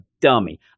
dummy